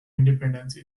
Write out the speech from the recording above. independence